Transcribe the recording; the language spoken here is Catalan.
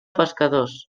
pescadors